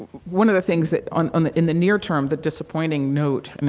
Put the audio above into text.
one of the things that on on the in the near term, the disappointing note, and